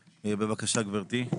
בבקשה, גבירתי.